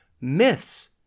myths